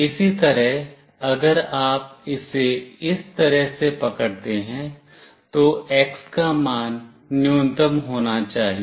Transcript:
इसी तरह अगर आप इसे इस तरह से पकड़ते हैं तो X का मान न्यूनतम होना चाहिए